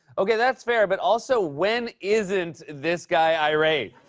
okay, that's fair. but also when isn't this guy irate?